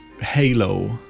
halo